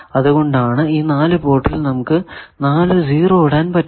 അതുകൊണ്ടാണ് ഈ 4 പോർട്ടിൽ നമുക്ക് നാലു 0 ഇടാൻ പറ്റുന്നത്